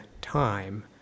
time